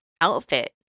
outfit